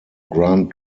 grant